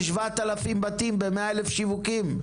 הזה 7,000 בתים ב-100,000 שיווקים.